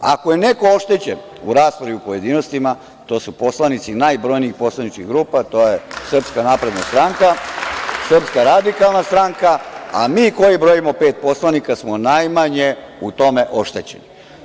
Ako je neko oštećen u raspravi u pojedinostima, to su poslanici najbrojnijih poslaničkih grupa, to je Srpska napredna stranka, Srpska radikalna stranka, a mi koji brojimo pet poslanika smo najmanje u tome oštećeni.